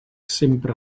sempre